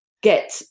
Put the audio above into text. get